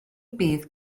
bydd